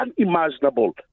unimaginable